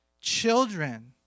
children